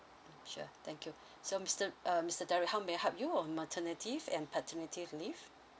sure thank you so mister uh mister derrick how may I help you on maternity and paternity leave